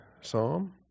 psalm